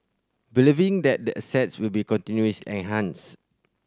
believing that the assets will be continuous enhanced